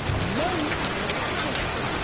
money, now known the principle.